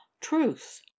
truth